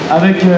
avec